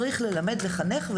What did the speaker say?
צריך ללמד לחנך,